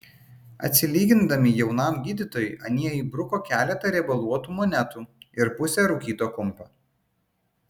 atsilygindami jaunajam gydytojui anie įbruko keletą riebaluotų monetų ir pusę rūkyto kumpio